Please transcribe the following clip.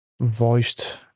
voiced